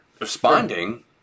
responding